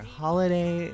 holiday